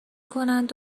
کنند